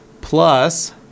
Plus